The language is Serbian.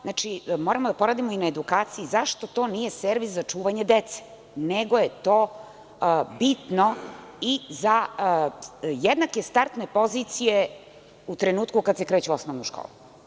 Znači, moramo da poradimo i na edukaciji zašto to nije servis za čuvanje dece, nego je to bitno i za jednake startne pozicije u trenutku kada se kreće u osnovnu školu.